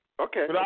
Okay